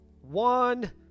one